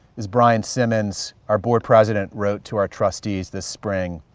as brian simmons, our board president, wrote to our trustees this spring,